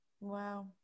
wow